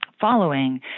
following